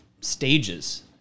stages